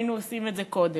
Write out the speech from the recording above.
היינו עושים את זה קודם.